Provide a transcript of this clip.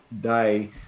day